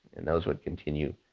and those would continue,